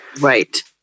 Right